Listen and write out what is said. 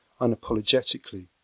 unapologetically